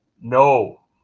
no